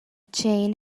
chain